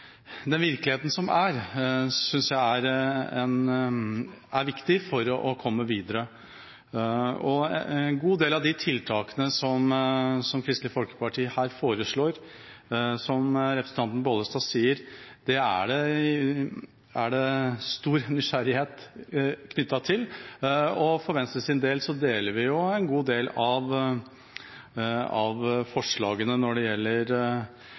den virkeligheten som er, synes jeg er viktig for å komme videre. En god del av de tiltakene som Kristelig Folkeparti foreslår, er det – som representanten Bollestad sier – knyttet stor nysgjerrighet til. For Venstres del deler vi en god del av forslagene når det gjelder